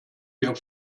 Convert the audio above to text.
mir